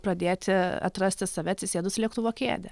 pradėti atrasti save atsisėdus į lėktuvo kėdę